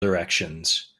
directions